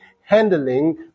handling